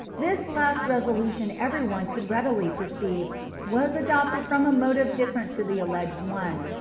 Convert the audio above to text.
this last resolution every one could readily perceive was adopted from a motive different to the alleged one,